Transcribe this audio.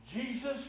Jesus